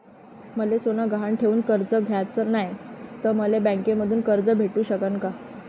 मले सोनं गहान ठेवून कर्ज घ्याचं नाय, त मले बँकेमधून कर्ज भेटू शकन का?